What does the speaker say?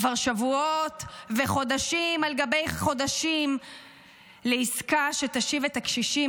כבר שבועות וחודשים על גבי חודשים לעסקה שתשיב את הקשישים,